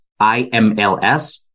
IMLS